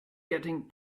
getting